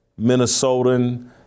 Minnesotan